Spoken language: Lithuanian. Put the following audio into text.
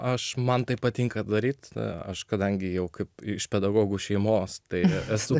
aš man tai patinka daryti aš kadangi jau kaip iš pedagogų šeimos tai esu